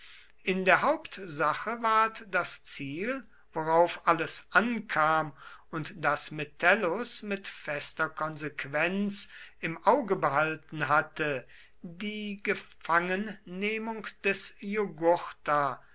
in der hauptsache ward das ziel worauf alles ankam und das metellus mit fester konsequenz im auge behalten hatte die gefangennehmung des